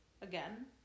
again